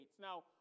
Now